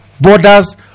borders